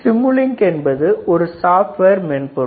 Simulink என்பது software மென்பொருள்